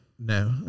No